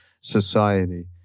society